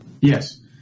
Yes